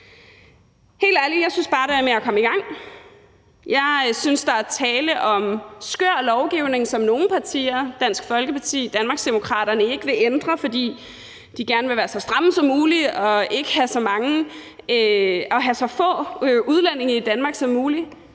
Helt ærligt, jeg synes bare, det er med at komme i gang. Jeg synes, at der er tale om skør lovgivning, som nogle partier – Dansk Folkeparti og Danmarksdemokraterne – ikke vil ændre, fordi de gerne vil være så stramme som muligt og have så få udlændinge i Danmark som muligt.